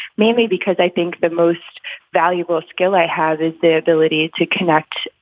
maybe because i think the most valuable skill i have is the ability to connect,